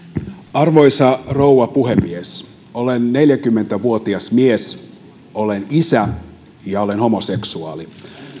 arvoisa rouva puhemies olen neljäkymmentä vuotias mies olen isä ja olen homoseksuaali